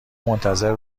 منتظر